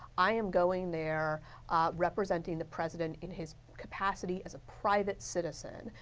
i am going there representing the president in his capacity as a private citizen.